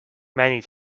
many